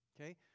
okay